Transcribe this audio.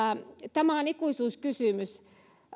tämä on ikuisuuskysymys